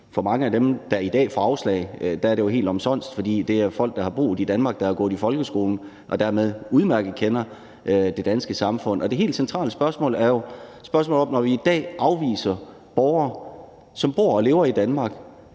For mange af dem, der i dag får afslag, er det jo helt omsonst, for det er folk, der har boet i Danmark, som har gået i folkeskolen og dermed udmærket kender det danske samfund. Det helt centrale spørgsmål vedrører jo, at vi i dag afviser borgere, som bor og lever i Danmark,